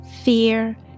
fear